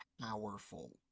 powerful